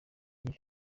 iyi